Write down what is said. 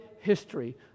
history